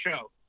show